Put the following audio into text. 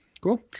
cool